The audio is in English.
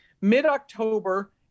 mid-October